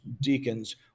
deacons